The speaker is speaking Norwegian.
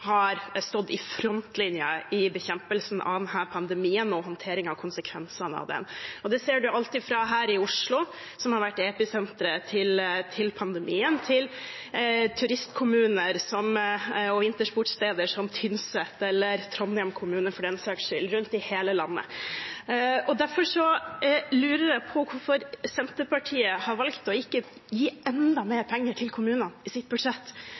har stått i frontlinjen i bekjempelsen av denne pandemien og håndteringen av konsekvensene av den. Det ser man – fra Oslo, som har vært episenteret til pandemien, til turistkommuner og vintersportssteder som Tynset, eller Trondheim kommune, for den saks skyld, rundt i hele landet. Derfor lurer jeg på hvorfor Senterpartiet har valgt ikke å gi enda mer til kommunene i sitt budsjett.